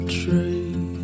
tree